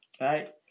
right